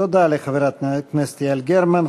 תודה לחברת הכנסת יעל גרמן.